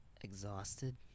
Exhausted